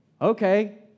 Okay